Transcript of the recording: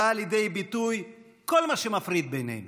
בא לידי ביטוי כל מה שמפריד בינינו.